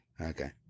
Okay